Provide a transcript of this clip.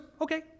Okay